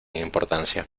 importancia